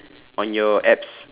on your abs